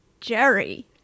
Jerry